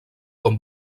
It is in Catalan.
com